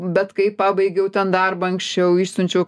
bet kaip pabaigiau ten darbą anksčiau išsiunčiau